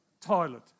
toilet